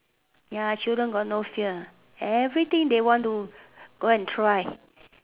ya children got no fear everything they want to go and try